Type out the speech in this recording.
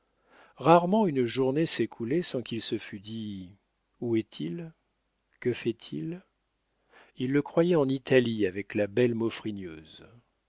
rarement une journée s'écoulait sans qu'il se fût dit où est-il que fait-il il le croyait en italie avec la belle